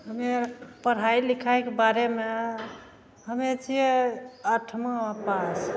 हमे आर पढ़ाइ लिखाइके बारेमे हमे छिए अठमा पास